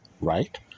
right